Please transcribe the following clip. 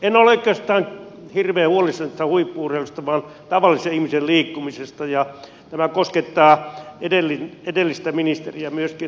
en ole oikeastaan hirveän huolissani huippu urheilusta vaan tavallisen ihmisen liikkumisesta ja tämä koskettaa edellistä ministeriä myöskin